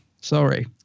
Sorry